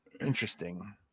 Interesting